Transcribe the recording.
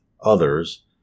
others